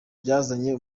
byazanye